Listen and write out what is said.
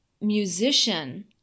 musician